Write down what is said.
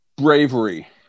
bravery